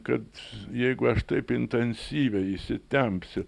kad jeigu aš taip intensyviai įsitempsiu